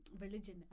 religion